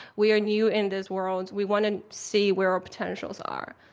we are new in this world. we want to see where our potentials are.